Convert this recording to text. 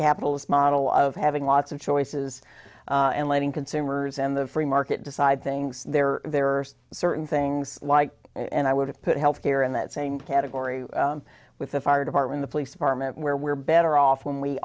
capitalist model of having lots of choices and letting consumers and the free market decide things there there are certain things like and i would have put health care in that same category with the fire department the police department where we're better off when we